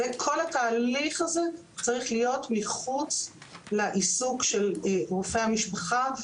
כל התהליך הזה צריך להיות מחוץ לעיסוק של רופא המשפחה.